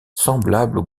semblable